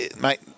mate